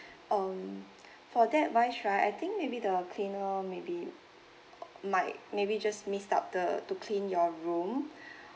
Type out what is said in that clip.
um for that wise right I think maybe the cleaner maybe might maybe just missed out the to clean your room